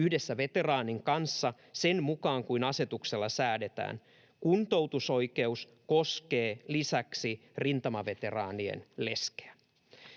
yhdessä veteraanin kanssa sen mukaan kuin asetuksella säädetään. Kuntoutusoikeus koskee lisäksi rintamaveteraanin leskeä.”